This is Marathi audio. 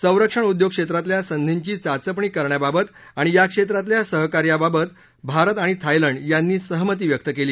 संरक्षण उद्योग क्षेत्रातल्या संधींची चाचपणी करण्याबाबत आणि या क्षेत्रातल्या सहकार्याबाबत भारत आणि थायलंड यांनी सहमती व्यक्त केली